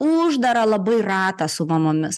uždarą labai ratą su mamomis